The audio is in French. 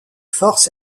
forces